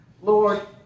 Lord